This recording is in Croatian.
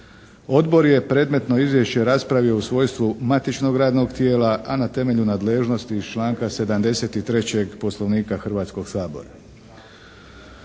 Odbor je predmetno izvješće raspravio u svojstvu matičnog radnog tijela a na temelju nadležnosti iz članka 73. Poslovnika Hrvatskog sabora.